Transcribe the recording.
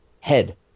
head